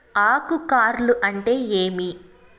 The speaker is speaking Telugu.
ఆకు కార్ల్ అంటే ఏమి?